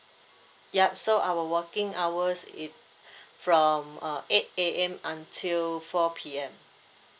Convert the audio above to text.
yup so our working hours is from uh eight A_M until four P_M